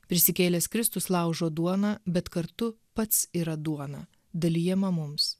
prisikėlęs kristus laužo duoną bet kartu pats yra duona dalijama mums